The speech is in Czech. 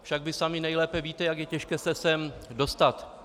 Však vy sami nejlépe víte, jak je těžké se sem dostat.